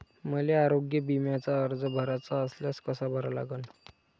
मले आरोग्य बिम्याचा अर्ज भराचा असल्यास कसा भरा लागन?